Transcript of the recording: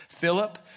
Philip